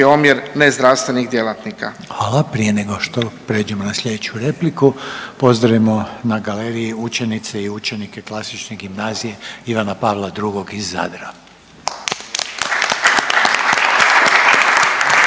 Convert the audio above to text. omjer nezdravstvenih djelatnika. **Reiner, Željko (HDZ)** Hvala. Prije nego što prijeđemo na sljedeću repliku, pozdravimo na galeriji učenice i učenike Klasične gimnazije Ivana Pavla II. iz Zadra.